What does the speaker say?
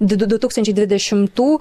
du tūkstančiai dvidešimtų